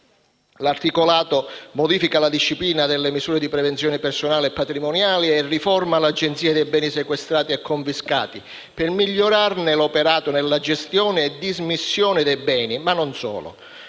L'articolato modifica la disciplina delle misure di prevenzione personali e patrimoniali e riforma l'Agenzia dei beni sequestrati e confiscati, per migliorarne l'operato nella gestione e dismissione dei beni, ma non solo.